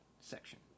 section